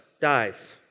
dies